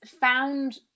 found